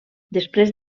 després